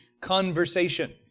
conversation